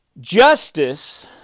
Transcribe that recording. justice